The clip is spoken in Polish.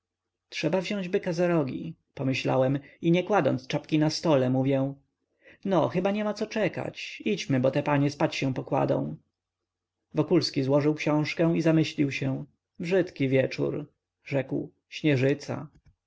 trzeba wziąć byka za rogi pomyślałem i nie kładąc czapki na stole mówię no chyba niema co czekać idźmy bo te panie spać się pokładą wokulski złożył książkę i zamyślił się brzydki wieczór rzekł śnieżyca